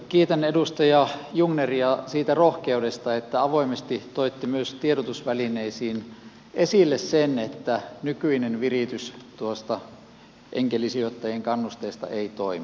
kiitän edustaja jungneria siitä rohkeudesta että avoimesti toitte myös tiedotusvälineisiin esille sen että nykyinen viritys tuosta enkelisijoittajien kannusteista ei toimi